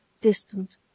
distant